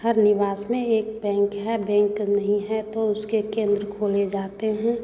हर निवास में एक बैंक है बेंक नहीं है तो उसके केन्द्र खोले जाते हैं